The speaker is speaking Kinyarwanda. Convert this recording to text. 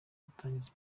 butangiza